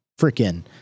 freaking